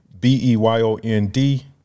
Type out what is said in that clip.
B-E-Y-O-N-D